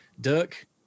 Dirk